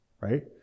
Right